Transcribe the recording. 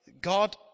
God